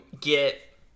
get